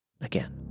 again